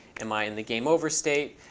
am i in the game over state?